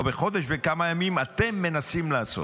או בחודש וכמה ימים, אתם מנסים לעשות.